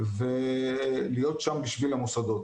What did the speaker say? ולהיות שם בשביל המוסדות.